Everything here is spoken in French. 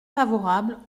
favorable